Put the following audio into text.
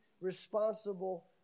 responsible